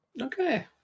Okay